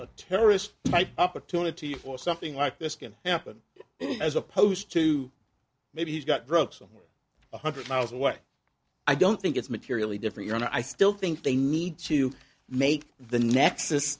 a terrorist type opportunity for something like this can happen as opposed to maybe he's got broke somewhere one hundred miles away i don't think it's materially different and i still think they need to make the nexus